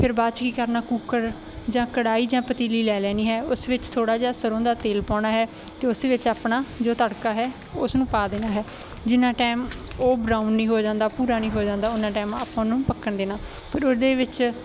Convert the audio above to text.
ਫਿਰ ਬਾਅਦ 'ਚ ਕੀ ਕਰਨਾ ਕੂਕਰ ਜਾਂ ਕੜਾਹੀ ਜਾਂ ਪਤੀਲੀ ਲੈ ਲੈਣੀ ਹੈ ਉਸ ਵਿੱਚ ਥੋੜ੍ਹਾ ਜਿਹਾ ਸਰ੍ਹੋਂ ਦਾ ਤੇਲ ਪਾਉਣਾ ਹੈ ਅਤੇ ਉਸ ਵਿੱਚ ਆਪਣਾ ਜੋ ਤੜਕਾ ਹੈ ਉਸ ਨੂੰ ਪਾ ਦੇਣਾ ਹੈ ਜਿੰਨਾ ਟਾਈਮ ਉਹ ਬਰਾਊਨ ਨਹੀਂ ਹੋ ਜਾਂਦਾ ਭੂਰਾ ਨਹੀਂ ਹੋ ਜਾਂਦਾ ਉਨਾ ਟਾਈਮ ਆਪਾਂ ਉਹਨੂੰ ਪੱਕਣ ਦੇਣਾ ਫਿਰ ਉਹਦੇ ਵਿੱਚ